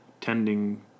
tending